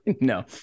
No